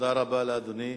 תודה רבה לאדוני.